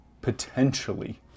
potentially